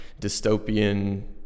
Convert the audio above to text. dystopian